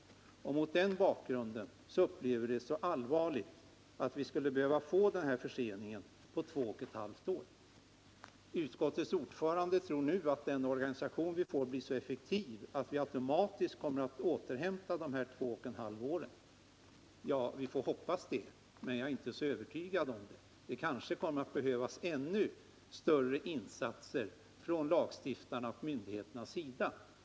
Mot den bakgrunden upplever vi det som allvarligt med denna försening på två och ett halvt år. Utskottets ordförande tror att den organisation vi får blir så effektiv att dessa två och ett halvt år automatiskt kommer att återhämtas. Ja, vi får hoppas det, men jag är inte så övertygad om det. Det kanske kommer att behövas ännu större insatser från lagstiftarnas och myndigheternas sida.